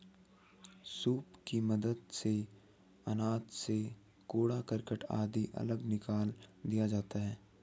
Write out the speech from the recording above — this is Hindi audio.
सूप की मदद से अनाज से कूड़ा करकट आदि अलग निकाल दिया जाता है